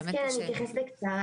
אני אתייחס בקצרה.